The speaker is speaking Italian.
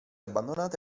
abbandonate